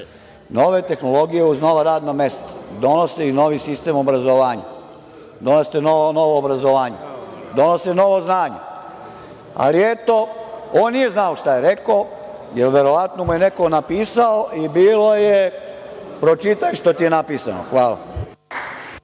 Nove tehnologije uz nova radna mesta donose novi sistem obrazovanja, novo obrazovanje, donose novo znanje. Ali, eto, on nije znao šta je rekao, jer mu je verovatno neko napisao i bilo je – pročitaj što ti je napisano. Hvala.